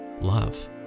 love